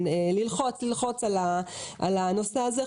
ללחוץ על הנושא הזה.